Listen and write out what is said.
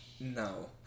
No